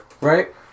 Right